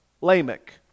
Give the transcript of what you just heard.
Lamech